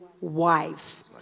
wife